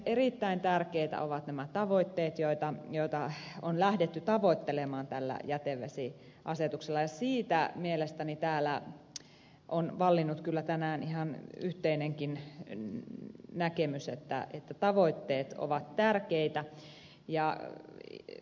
erittäin tärkeitä ovat nämä tavoitteet joita on lähdetty tavoittelemaan tällä jätevesiasetuksella ja siitä mielestäni täällä on vallinnut kyllä tänään ihan yhteinenkin näkemys että tavoitteet ovat tärkeitä